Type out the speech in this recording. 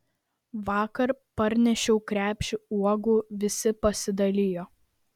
vakar parnešiau krepšį uogų visi pasidalijo